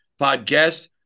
Podcast